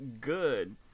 good